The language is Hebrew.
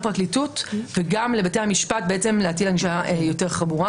לגבי ענישת המינימום לא יהיה אפקט על התוצאה הרצויה של הפחתת התופעה.